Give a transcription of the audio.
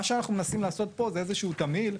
מה שאנחנו מנסים לעשות פה זה איזשהו תמהיל,